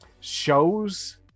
shows